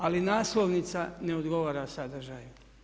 Ali naslovnica ne odgovara sadržaju.